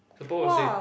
the pop-up will say